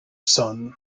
sun